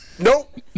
nope